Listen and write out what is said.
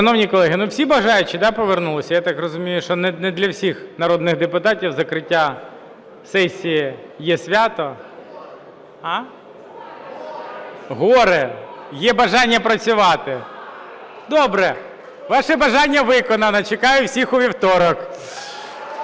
Шановні колеги, всі бажаючі повернулися? Я так розумію, що не для всіх народних депутатів закриття сесії є свято. (Шум у залі) Горе. Є бажання працювати. Добре. Ваше бажання виконано, чекаю всіх у вівторок